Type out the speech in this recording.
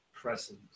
presence